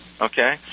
okay